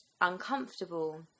uncomfortable